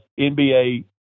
NBA